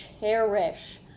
cherish